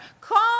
Call